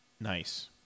Nice